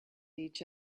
each